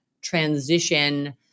transition